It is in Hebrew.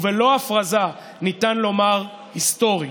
ובלא הפרזה ניתן לומר היסטורית,